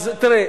אז תראה,